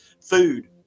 food